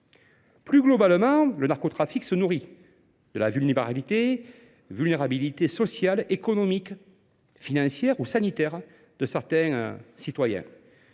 Plus globalement, le narcotrafique se nourrit. de la vulnérabilité sociale, économique, financière ou sanitaire de certains citoyens.